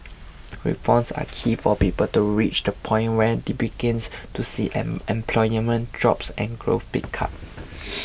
reforms are key for people to reach the point where they begins to see unemployment drops and growth pick up